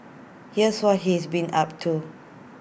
here's what he's been up to